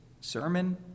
sermon